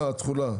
התחולה,